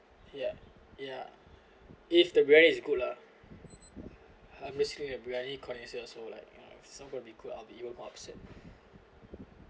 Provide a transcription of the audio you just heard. ya ya if the briyani is good lah um basically I'm a briyani connoisseur also if it's not gonna be good I'm going to be even upset